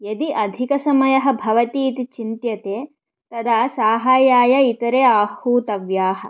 यदि अधिकसमयः भवतीति चिन्त्यते तदा साहाय्याय इतरे आहूतव्याः